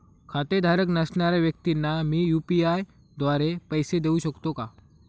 खातेधारक नसणाऱ्या व्यक्तींना मी यू.पी.आय द्वारे पैसे देऊ शकतो का?